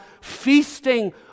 feasting